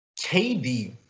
KD